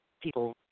people